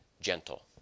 gentle